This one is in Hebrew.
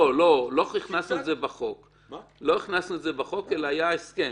לא, לא הכנסנו בחוק אלא היה הסכם.